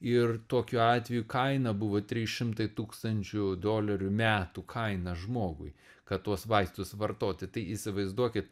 ir tokiu atveju kaina buvo trys šimtai tūkstančių dolerių metų kaina žmogui kad tuos vaistus vartoti tai įsivaizduokit